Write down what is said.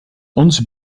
onze